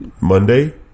Monday